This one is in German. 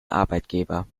arbeitgeber